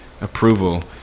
approval